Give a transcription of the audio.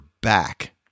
back